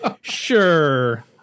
Sure